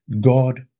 god